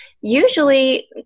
usually